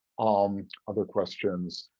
um other questions.